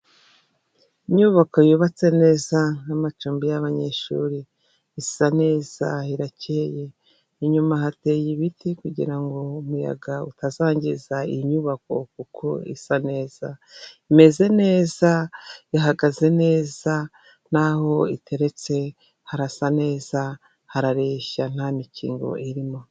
Inyubako yubatse neza nk'amacumbi y'abanyeshuri, isa neza irakeye, inyuma hateye ibiti kugira ngo umuyaga utazangiza iyi nyubako kuko isa neza, imeze neza, ihagaze neza, naho iteretse harasa neza harareshya nta mikingo irimo.